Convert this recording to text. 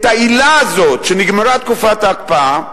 את העילה הזאת שנגמרה תקופת ההקפאה,